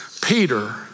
Peter